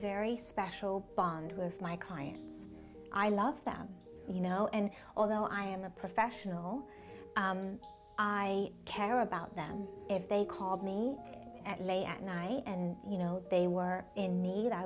very special bond with my clients i love them you know and although i am a professional i care about them if they called me at late at night and you know they were in need i